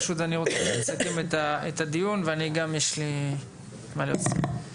פשוט אני רוצה לסכם את הדיון וגם לי יש מה להוסיף.